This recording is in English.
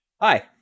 Hi